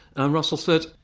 and russell said,